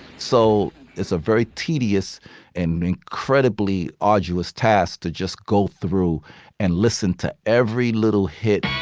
so it's a very tedious and incredibly arduous task to just go through and listen to every little hit,